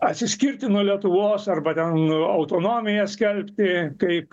atsiskirti nuo lietuvos arba ten autonomiją skelbti kaip